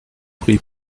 prie